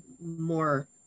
more